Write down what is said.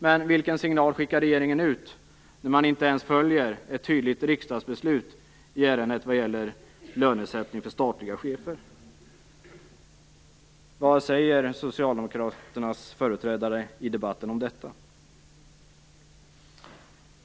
Men vilken signal skickar regeringen ut när man inte ens följer ett tydligt riksdagsbeslut i ärendet vad gäller lönesättning för statliga chefer? Vad säger Socialdemokraternas företrädare i debatten om detta?